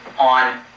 on